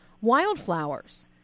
wildflowers